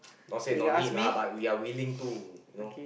not say don't need lah but we are willing too you know